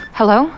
Hello